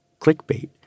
clickbait